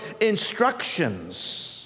instructions